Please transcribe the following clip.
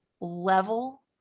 level